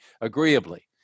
agreeably